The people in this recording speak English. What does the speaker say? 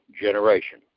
generation